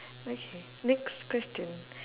okay next question